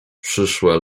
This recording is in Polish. przyszłe